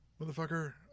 motherfucker